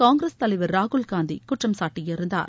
காங்கிரஸ் தலைவர் ராகுல் காந்தி குற்றம்சாட்டியிருந்தார்